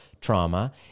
trauma